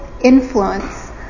influence